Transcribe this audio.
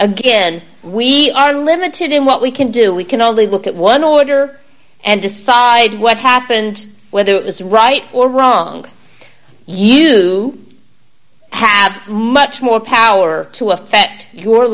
again we are limited in what we can do we can only look at one order and decide what happened whether it was right or wrong you have much more power to affect your